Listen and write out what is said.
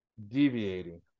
deviating